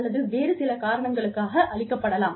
அல்லது வேறு சில காரணங்களுக்காக அளிக்கப்படலாம்